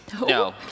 No